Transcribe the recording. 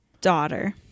Daughter